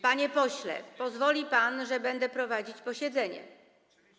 Panie pośle, pozwoli pan, że będę prowadzić posiedzenie.